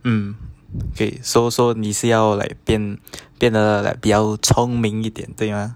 um okay so so 你是要 like 变变得 like 比较聪明一点对吗